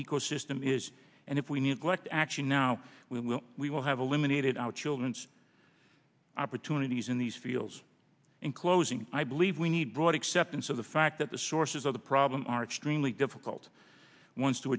ecosystem is and if we neglect actually now we will we will have eliminated our children's opportunities in these fields in closing i believe we need broad acceptance of the fact that the sources of the problem are extremely difficult ones to